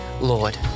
Lord